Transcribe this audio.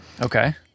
Okay